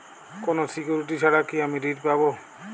কোনো সিকুরিটি ছাড়া কি আমি ঋণ পাবো?